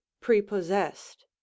prepossessed